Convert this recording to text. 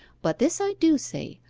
but this i do say,